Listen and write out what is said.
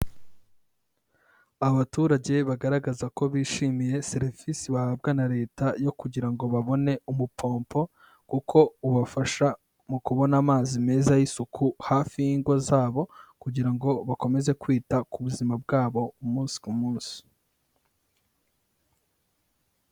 Abaturage bagaragaza ko bishimiye serivisi bahabwa na leta yo kugira ngo babone umupompo, kuko ubafasha mu kubona amazi meza y'isuku hafi y'ingo zabo, kugira ngo bakomeze kwita ku buzima bwabo umunsi ku munsi.